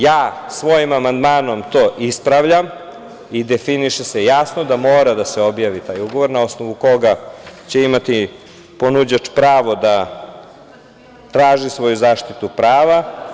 Ja svojim amandmanom to ispravljam i definiše se jasno da mora da se objavi taj ugovor na osnovu koga će imati ponuđač pravo da traži svoju zaštitu prava.